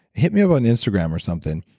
hit me up on instagram or something,